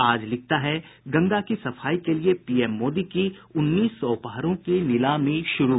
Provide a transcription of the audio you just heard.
आज लिखता है गंगा की सफाई के लिए पीएम मोदी की उन्नीस सौ उपहारों की नीलामी शुरू